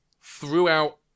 throughout